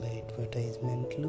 advertisement